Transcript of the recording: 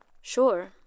Sure